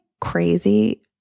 crazy